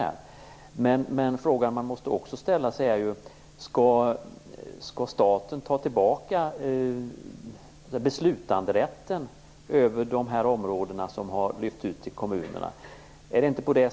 Men den fråga som man också måste ställa sig är om staten skall ta tillbaka beslutanderätten över de områden som har lyfts ut till kommunerna.